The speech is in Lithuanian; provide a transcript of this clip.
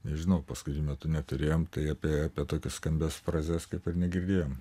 nežinau paskutiniu metu neturėjom tai apie apie tokias skambias frazes kaip ir negirdėjom